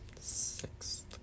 sixth